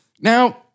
Now